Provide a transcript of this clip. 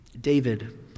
David